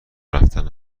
رفتن